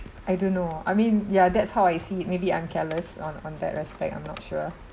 I don't know I mean ya that's how I see it maybe I'm careless on on that respect I'm not sure